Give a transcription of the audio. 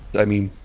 i mean,